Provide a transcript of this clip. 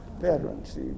veterans